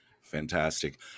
Fantastic